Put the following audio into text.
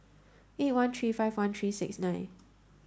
eight one three five one three six nine